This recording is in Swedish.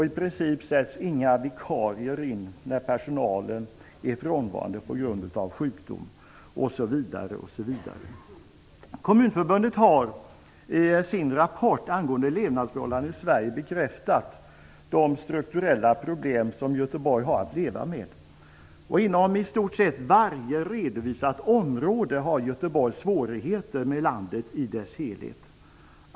I princip sätts inga vikarier in när personal är frånvarande på grund av sjukdom osv. Kommunförbundet har i sin rapport angående levnadsförhållandena i Sverige bekräftat de strukturella problem som Göteborg har att leva med. Inom i stort sett varje redovisat område har Göteborg svårigheter jämfört med landet i dess helhet.